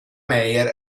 meyer